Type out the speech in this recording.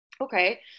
okay